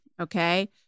Okay